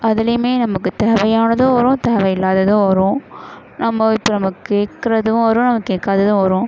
அதிலையுமே நமக்கு தேவையானதும் வரும் தேவையில்லாததும் வரும் நம்ம இப்போ நம்ம கேட்குறதும் வரும் நம்ம கேட்காததும் வரும்